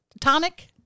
tonic